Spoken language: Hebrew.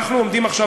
אנחנו עומדים עכשיו,